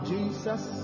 Jesus